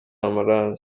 amarangi